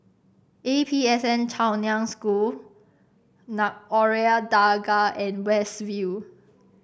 A P S N Chaoyang School Dargah and West View